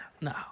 No